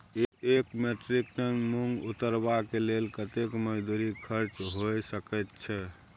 एक metric tonne मूंग उतरबा के लेल कतेक मजदूरी खर्च होय सकेत छै?